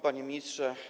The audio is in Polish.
Panie Ministrze!